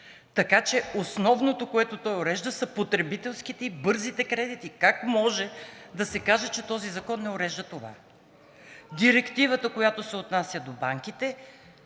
така че основното, което той урежда, са потребителските и бързите кредити. Как може да се каже, че този закон не урежда това? Директивата, която се отнася до банките,